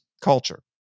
culture